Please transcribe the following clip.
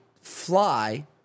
fly